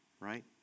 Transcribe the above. right